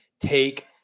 take